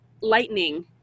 lightning